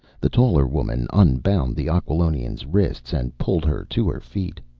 the taller woman unbound the aquilonian's wrists and pulled her to her feet.